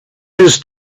his